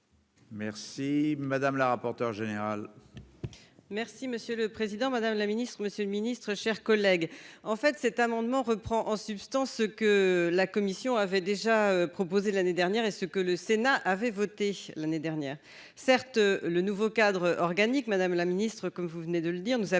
Merci. Madame la rapporteure générale.